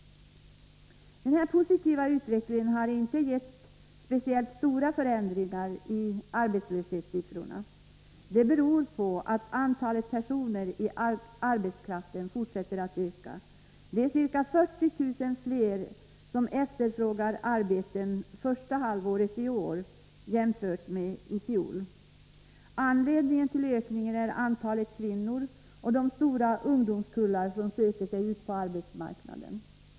Den här positiva utvecklingen har inte gett speciellt stora förändringar i arbetslöshetssiffrorna. Det beror på att antalet personer i arbetskraften fortsätter att öka. Det var ca 40 000 fler som efterfrågade arbeten under första halvåret i år än under första halvåret i fjol. Anledningen till ökningen är antalet kvinnor och de stora ungdomskullar som söker sig ut på arbetsmarknaden.